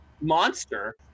monster